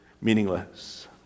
meaningless